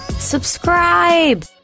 subscribe